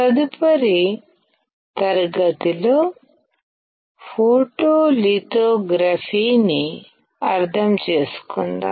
తదుపరి తరగతిలో ఫోటోలిథోగ్రఫీని అర్థం చేసుకుందాం